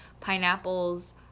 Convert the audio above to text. pineapples